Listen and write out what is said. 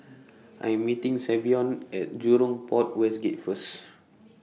I Am meeting Savion At Jurong Port West Gate First